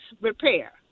repair